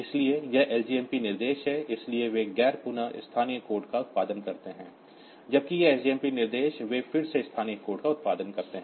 इसलिए यह लजमप निर्देश है इसलिए वे गैर पुन स्थानीय कोड का उत्पादन करते हैं जबकि यह SJMP निर्देश वे फिर से स्थानीय कोड का उत्पादन करते हैं